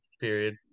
period